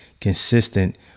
consistent